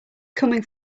coming